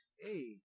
Hey